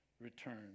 return